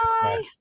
Bye